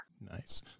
Nice